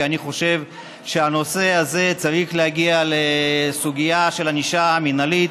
כי אני חושב שהנושא הזה צריך להגיע לסוגיה של ענישה מינהלית,